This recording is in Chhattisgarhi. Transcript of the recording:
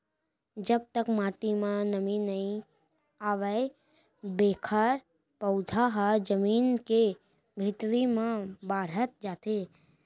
जब तक माटी म नमी नइ आवय एखर पउधा ह जमीन के भीतरी म बाड़हत जाथे